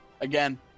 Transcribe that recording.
Again